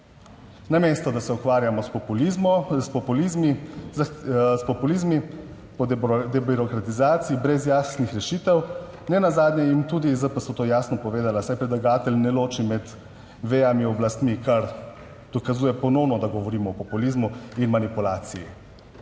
Namesto, da se ukvarjamo s populizmi, debirokratizaciji brez jasnih rešitev, nenazadnje jim tudi ZPS to jasno povedala, saj predlagatelj ne loči med vejami oblast, kar dokazuje ponovno, da govorimo o populizmu in manipulaciji.